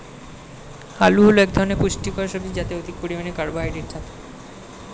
আলু হল এক ধরনের পুষ্টিকর সবজি যাতে অধিক পরিমাণে কার্বোহাইড্রেট থাকে